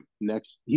next –